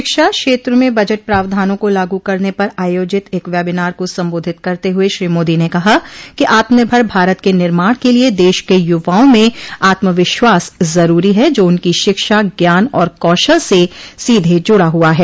शिक्षा क्षेत्र में बजट प्रावधानों को लागू करने पर आयोजित एक वेबीनार को संबोधित करते हुए श्री मोदी ने कहा कि आत्मनिर्भर भारत के निर्माण क लिए देश के युवाओं में आत्मविश्वास जरूरी है जो उनकी शिक्षा ज्ञान और कौशल से सीधे जुडा हुआ है